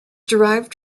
derived